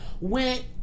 went